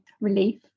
relief